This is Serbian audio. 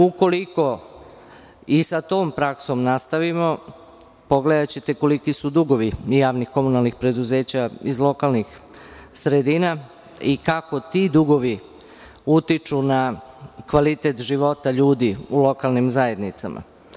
Ukoliko i sa tom praksom nastavimo, pogledaćete koliki su dugovi javnih komunalnih preduzeća iz lokalnih sredina i kako ti dugovi utiču na kvalitet života ljudi u lokalnim zajednicama.